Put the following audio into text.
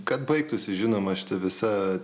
kad baigtųsi žinoma šita visa